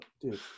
dude